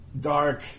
Dark